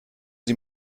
sie